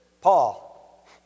Paul